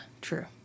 true